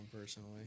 personally